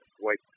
wait